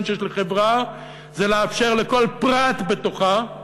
שיש לחברה זה לאפשר לכל פרט בתוכה,